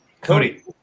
Cody